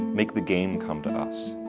make the game come to us.